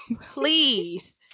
Please